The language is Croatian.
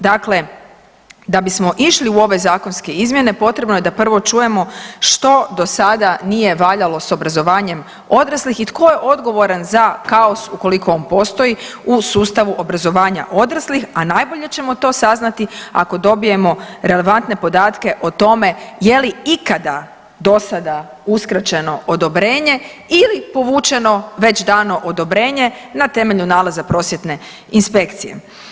Dakle, da bismo išli u ove zakonske izmjene potrebno je da prvo čujemo što do sada nije valjalo s obrazovanjem odraslih i tko je odgovoran za kaos ukoliko on postoji u sustavu obrazovanja odraslih, a najbolje ćemo to saznati ako dobijemo relevantne podatke o tome je li ikada do sada uskraćeno odobrenje ili povučeno već dano odobrenje na temelju nalaza prosvjetne inspekcije.